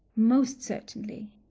most certainly.